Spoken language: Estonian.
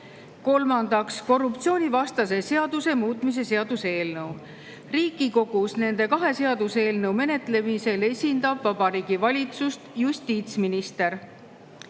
Kolmandaks, korruptsioonivastase seaduse muutmise seaduse eelnõu. Riigikogus nende kahe seaduseelnõu menetlemisel esindab Vabariigi Valitsust justiitsminister.